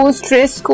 stress